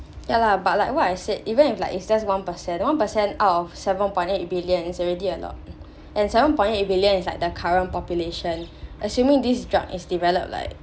ya lah but like what I said even if like it's just one percent out of seven point eight billions is already a lot and seven point eight billions is like the current population assuming this drug is developed like